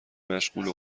مشغوله